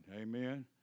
amen